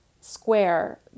square